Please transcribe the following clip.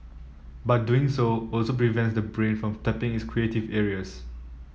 but doing so also prevents the brain from tapping its creative areas